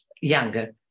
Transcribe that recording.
younger